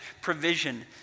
provision